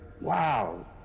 wow